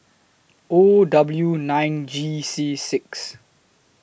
O W nine G C six